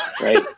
right